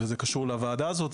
וזה קשור לוועדה הזו,